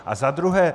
A za druhé.